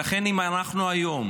ולכן, אם אנחנו היום